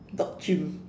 dog chimp